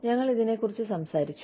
ഞങ്ങൾ ഇതിനെക്കുറിച്ച് സംസാരിച്ചു